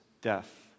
death